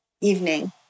evening